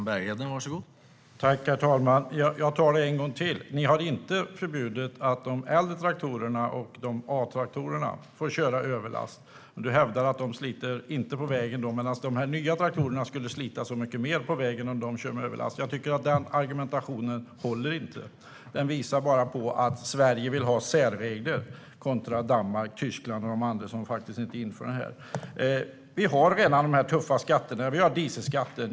Herr talman! Jag tar det en gång till. Ni har inte förbjudit att köra överlast med äldre traktorer eller a-traktorer, och du hävdar att de inte sliter på vägen, medan de nya traktorerna skulle slita mycket mer på vägen om de kör med överlast. Den argumentationen håller inte. Den visar bara på att Sverige vill ha särregler i förhållande till Danmark, Tyskland och andra länder som inte inför denna regel. Vi har redan tuffa skatter. Vi har dieselskatten.